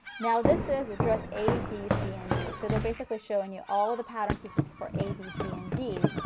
now this is the ah dress a, b, c and d. so they are basically showing you all of the pattern pieces for a, b, c and d.